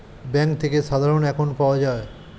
bank থেকে সাধারণ account পাওয়া যায়